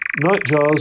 Nightjars